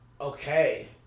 Okay